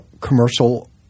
commercial